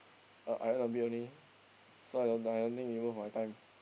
uh I earn a bit only so I don't I don't think it worth my time